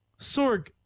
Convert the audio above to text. Sorg